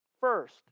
First